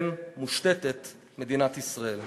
ואכן, הוא זכה לראותם חוצים את הרוביקון,